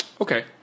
Okay